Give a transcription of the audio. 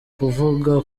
kuvuga